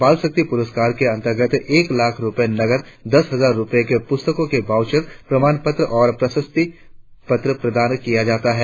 बाल शक्ति प्रस्कार के अंतर्गत एक लाख रुपए नकद दस हजार रुपए के पुस्तकों के वाउचर प्रमाण पत्र और प्रशस्ति पत्र प्रदान किया जाता है